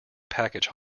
package